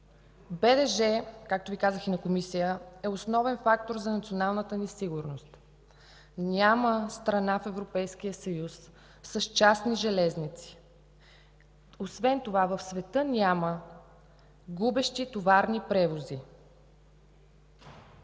БДЖ, както Ви казах и в Комисията, е основен фактор за националната ни сигурност. Няма страна в Европейския съюз с частни железници. Освен това в света няма губещи товарни превози.